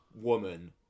woman